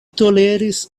toleris